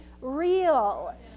real